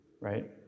right